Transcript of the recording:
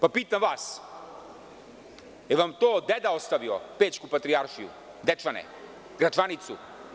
Pitam vas – da li vam je to deda ostavio Pećku patrijaršiju, Dečane, Gračanicu?